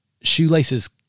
shoelaces